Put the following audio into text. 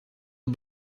het